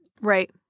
right